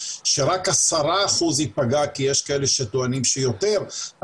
שרק 10% ייפגע כי יש כאלה שטוענים שיותר,